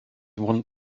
want